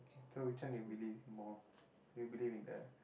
so which one you believe more you believe in the